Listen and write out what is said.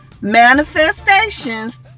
manifestations